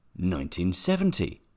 1970